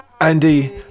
andy